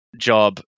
job